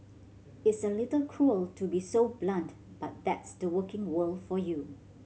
it's a little cruel to be so blunt but that's the working world for you